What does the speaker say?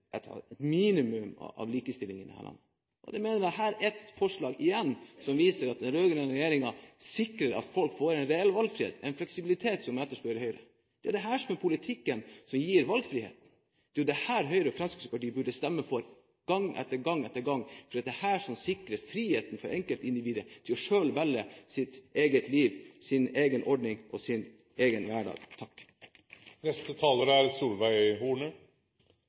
reell valgfrihet, en fleksibilitet som jeg etterspør i Høyre. Det er denne politikken som gir valgfrihet. Det er dette Høyre og Fremskrittspartiet burde stemme for gang etter gang, for det er dette som sikrer frihet for enkeltindividet til selv å velge sitt eget liv, sin egen ordning og sin egen hverdag. Fremskrittspartiets ideologi gir valgfrihet til familien, og det er